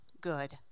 good